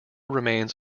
remains